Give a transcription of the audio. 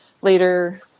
later